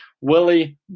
Willie